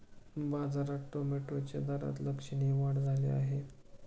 बाजारात टोमॅटोच्या दरात लक्षणीय वाढ झाली आहे